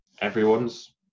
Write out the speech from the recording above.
everyone's